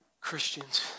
Christians